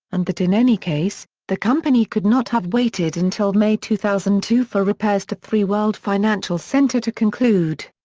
and that in any case, the company could not have waited until may two thousand and two for repairs to three world financial center to conclude.